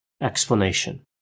explanation